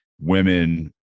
women